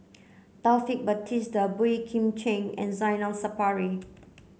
Taufik Batisah Boey Kim Cheng and Zainal Sapari